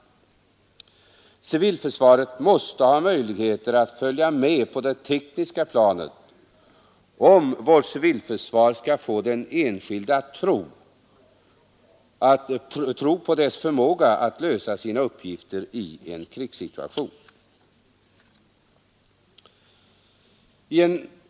Civilförsvaret måste ha möjligheter att följa med på det tekniska planet om den enskilde skall tro på dess förmåga att lösa sina uppgifter i en krigssituation.